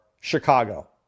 Chicago